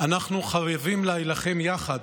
אנחנו חייבים להילחם יחד,